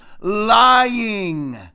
lying